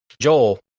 Joel